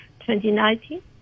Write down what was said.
2019